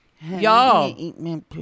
Y'all